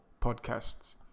podcasts